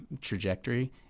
trajectory